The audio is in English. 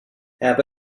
have